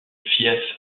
fief